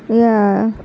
ఇక